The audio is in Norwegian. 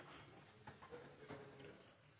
Takk,